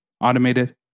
automated